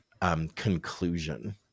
conclusion